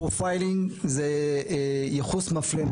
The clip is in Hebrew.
"פרופיילינג" זה ייחוס מפלה,